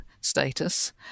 status